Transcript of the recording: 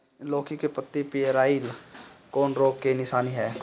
लौकी के पत्ति पियराईल कौन रोग के निशानि ह?